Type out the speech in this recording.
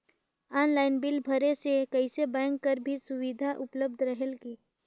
Online bill भरे से कइसे बैंक कर भी सुविधा उपलब्ध रेहेल की?